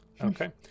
Okay